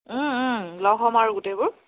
লগ হ'ম আৰু গোটেইবোৰ